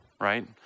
right